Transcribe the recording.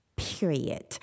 Period